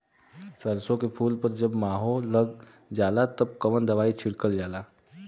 सरसो के फूल पर जब माहो लग जाला तब कवन दवाई छिड़कल जाला?